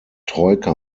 troika